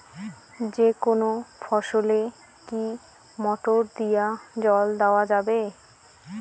যেকোনো ফসলে কি মোটর দিয়া জল দেওয়া যাবে?